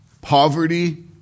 poverty